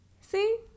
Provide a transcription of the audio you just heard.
see